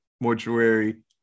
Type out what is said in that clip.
mortuary